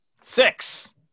Six